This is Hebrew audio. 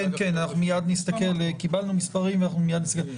כן, קיבלנו מספרים ואנחנו מיד נסתכל.